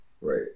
Right